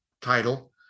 title